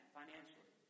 financially